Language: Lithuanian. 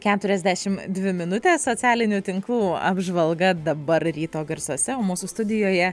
keturiasdešimt dvi minutės socialinių tinklų apžvalga dabar ryto garsuose mūsų studijoje